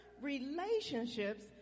relationships